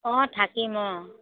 অ' থাকিম অ'